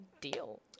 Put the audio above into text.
deal